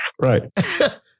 right